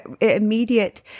immediate